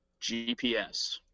GPS